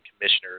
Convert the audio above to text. commissioners